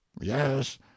yes